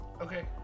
Okay